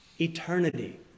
Eternity